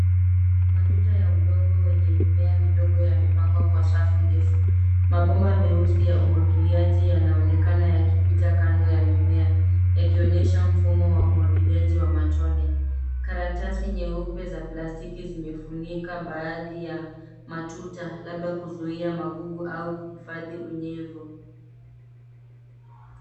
Matuta ya udongo wenye mimea midogo yamepangwa kwa safu ndefu. Mabomba meusi ya umwagiliaji yanaonekana yakipita kando ya mimea yakionyesha mfumo wa umwagiliaji wa matone. Karatasi nyeupe za plastiki zimefunika baadhi ya matuta labda kuzuia magugu au kuifadhi unyevu.